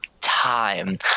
time